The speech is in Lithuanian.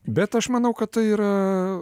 bet aš manau kad tai yra